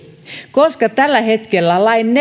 tällä hetkellä lain neljännessä